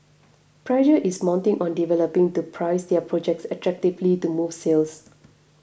pressure is mounting on developers to price their projects attractively to move sales